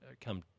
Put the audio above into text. come